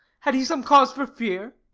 had he some cause for fear?